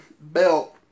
belt